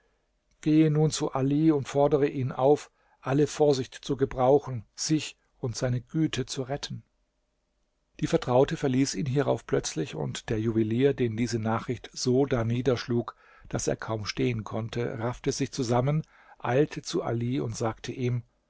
geh nun zu ali und fordere ihn auf alle vorsicht zu gebrauchen sich und seine güte zu retten die vertraute verließ ihn hierauf plötzlich und der juwelier den diese nachricht so darniederschlug daß er kaum stehen konnte raffte sich zusammen eilte zu ali und sagte ihm